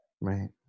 right